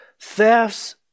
thefts